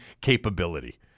capability